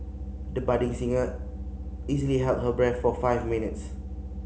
the budding singer easily held her breath for five minutes